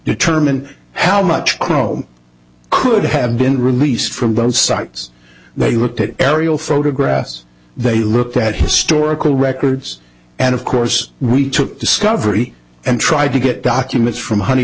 determine how much crow could have been released from both sides they looked at aerial photographs they looked at historical records and of course we took discovery and tried to get documents from honey